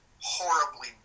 horribly